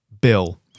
Bill